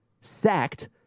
sacked